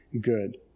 good